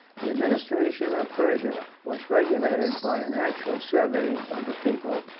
the administration of persia was regulated by an actual survey of the people,